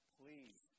please